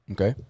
Okay